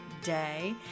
day